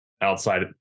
outside